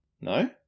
No